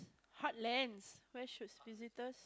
heartlands where should visitors